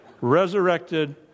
resurrected